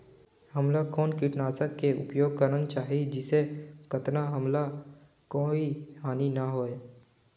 हमला कौन किटनाशक के उपयोग करन चाही जिसे कतना हमला कोई हानि न हो?